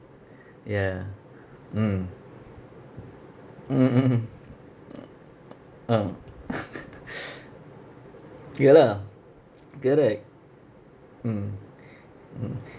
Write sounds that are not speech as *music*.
ya mm mm mm *laughs* *noise* mm *laughs* ya lah *noise* correct mm mm